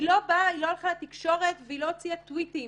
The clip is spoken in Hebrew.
היא לא הלכה לתקשורת והיא לא הוציאה "טוויטים",